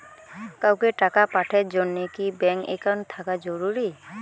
কাউকে টাকা পাঠের জন্যে কি ব্যাংক একাউন্ট থাকা জরুরি?